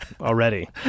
already